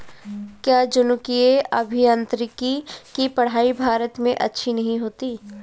क्या जनुकीय अभियांत्रिकी की पढ़ाई भारत में अच्छी नहीं होती?